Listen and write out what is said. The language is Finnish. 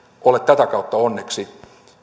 ole tätä kautta onneksi